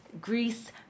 Greece